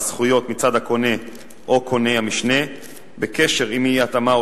על זכויות מצד הקונה או קונה-המשנה בקשר עם אי-התאמה או